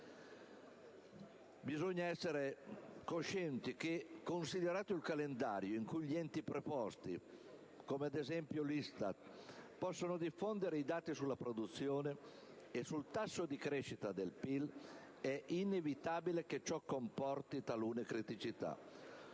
Bisogna essere coscienti che, considerato il calendario in cui gli enti preposti come - ad esempio - l'ISTAT possono diffondere i dati sulla produzione e sul tasso di crescita del PIL, è inevitabile che ciò comporti talune criticità.